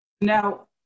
Now